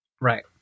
right